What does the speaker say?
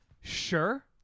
sure